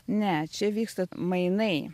ne čia vyksta mainai